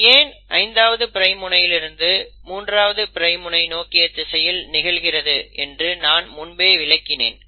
இது ஏன் 5ஆவது பிரைம் முனையிலிருந்து 3ஆவது பிரைம் முனை நோக்கிய திசையில் நிகழ்கிறது என்று நான் முன்பே விளக்கினேன்